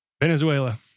Venezuela